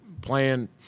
playing